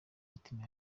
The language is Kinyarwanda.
mitima